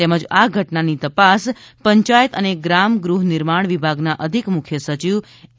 તેમજ આ ઘટનાની તપાસ પંચાયત અને ગ્રામ ગૃહ નિર્માણ વિભાગના અધિક મુખ્ય સચિવ એ